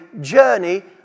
journey